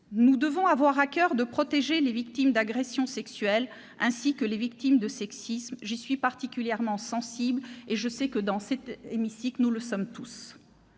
Nous devons avoir à coeur de protéger les victimes d'agressions sexuelles ainsi que les victimes de sexisme, j'y suis particulièrement sensible et je sais que, dans cet hémicycle, nous le sommes tous.